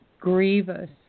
grievous